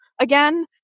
again